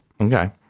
Okay